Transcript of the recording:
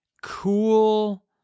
cool